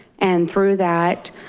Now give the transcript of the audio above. and through that,